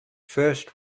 first